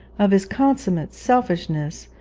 of his consummate selfishness,